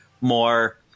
more